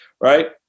Right